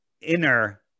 inner